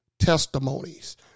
testimonies